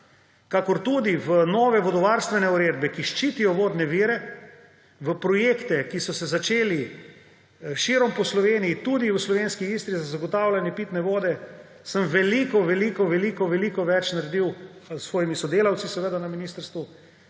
kakor tudi v nove vodovarstvene uredbe, ki ščitijo vodne vire, v projekte, ki so se začeli širom po Sloveniji, tudi v slovenski Istri, za zagotavljanje pitne vode. Sem veliko veliko veliko veliko več naredil, s svojimi sodelavci na ministrstvu